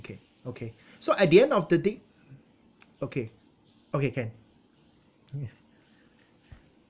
okay okay so at the end of the day okay okay can